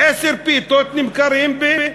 עשר פיתות נמכרות,